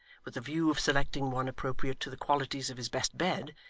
with the view of selecting one appropriate to the qualities of his best bed,